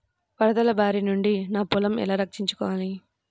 వరదల భారి నుండి నా పొలంను ఎలా రక్షించుకోవాలి?